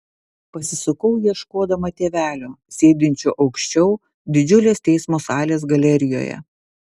pasisukau ieškodama tėvelio sėdinčio aukščiau didžiulės teismo salės galerijoje